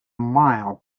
mile